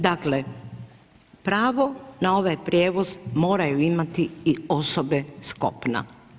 Dakle pravo na ovaj prijevoz moraju imati i osobe s kopna.